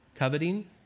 Coveting